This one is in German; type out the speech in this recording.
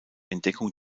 entdeckung